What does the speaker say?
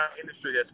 industry